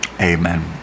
amen